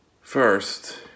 First